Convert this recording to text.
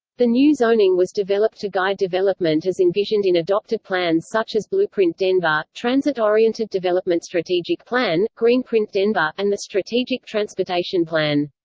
the new zoning was developed to guide development as envisioned in adopted plans such as blueprint denver, transit oriented development strategic plan, greenprint greenprint denver, and the strategic transportation plan.